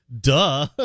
Duh